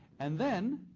and then